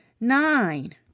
nine